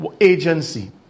agency